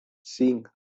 cinc